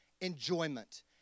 enjoyment